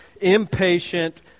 impatient